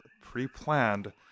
pre-planned